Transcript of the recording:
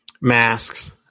masks